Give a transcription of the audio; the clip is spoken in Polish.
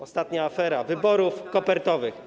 i ostatniej afery - wyborów kopertowych.